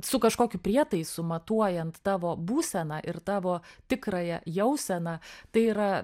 su kažkokiu prietaisu matuojant tavo būseną ir tavo tikrąją jauseną tai yra